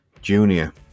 Junior